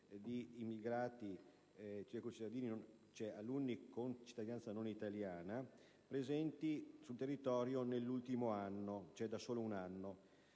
Grazie